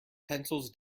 pencils